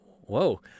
whoa